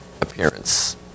appearance